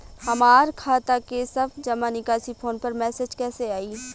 हमार खाता के सब जमा निकासी फोन पर मैसेज कैसे आई?